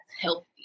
healthy